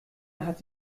hat